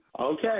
Okay